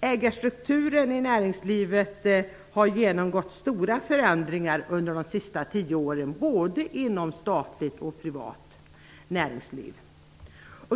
Ägarstrukturen i näringslivet har genomgått stora förändringar under de senaste tio åren, inom både statligt och privat näringsliv.